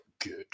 Good